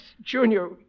Junior